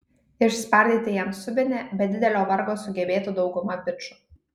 išspardyti jam subinę be didelio vargo sugebėtų dauguma bičų